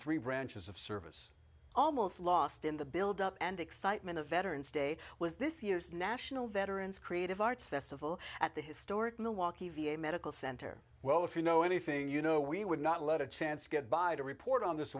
three branches of service almost lost in the build up and excitement of veterans day was this year's national veterans creative arts festival at the historic milwaukee v a medical center well if you know anything you know we would not let a chance get by to report on this